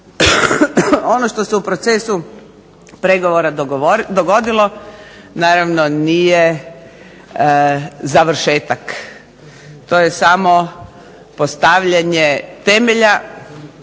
Ono što se u procesu pregovora dogodilo, naravno nije završetak. To je samo postavljanje temelja